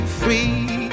free